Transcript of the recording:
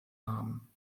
namen